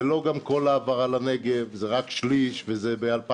זה גם לא כל ההעברה לנגב, זה רק שליש, וזה ב-2024,